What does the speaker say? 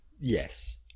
Yes